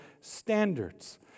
standards